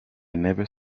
never